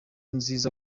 nziza